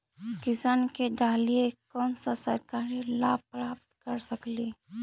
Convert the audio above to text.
किसान के डालीय कोन सा सरकरी लाभ प्राप्त कर सकली?